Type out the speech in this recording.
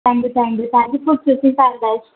thank you thank you thank you for choosing paradise